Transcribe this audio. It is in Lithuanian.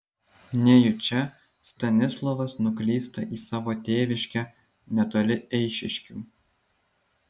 nejučia stanislovas nuklysta į savo tėviškę netoli eišiškių